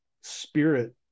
spirit